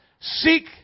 seek